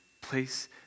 place